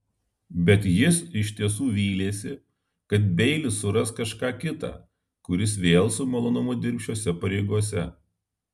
bet jis iš tiesų vylėsi kad beilis suras kažką kitą kuris vėl su malonumu dirbs šiose pareigose